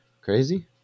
Crazy